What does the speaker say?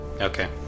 Okay